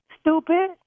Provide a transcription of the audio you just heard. Stupid